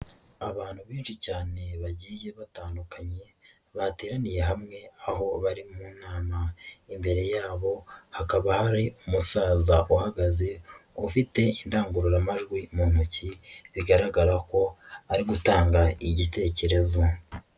Abantu benshi cyane bagiye batandukanye, bateraniye hamwe aho bari mu nama, imbere yabo hakaba hari umusaza uhagaze, ufite indangururamajwi mu ntoki, bigaragara ko ari gutanga igitekerezo.